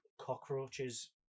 cockroaches